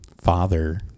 father